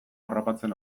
harrapatzen